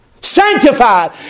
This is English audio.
sanctified